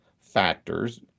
factors